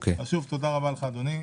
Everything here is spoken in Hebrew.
שוב, תודה רבה לך, אדוני.